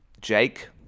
Jake